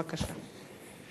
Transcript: בבקשה.